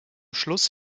schluss